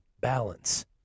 Balance